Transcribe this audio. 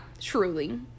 Truly